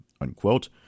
unquote